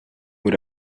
what